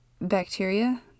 bacteria